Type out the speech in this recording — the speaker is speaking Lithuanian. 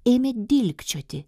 ėmė dilgčioti